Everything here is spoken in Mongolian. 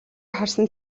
харсан